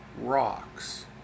Rocks